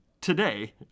today